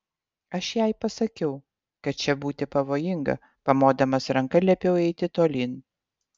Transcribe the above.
aš jai pasakiau kad čia būti pavojinga pamodamas ranka liepiau eiti tolyn